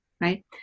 right